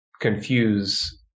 confuse